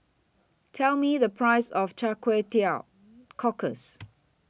Tell Me The Price of Kway Teow Cockles